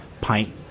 pint